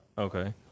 Okay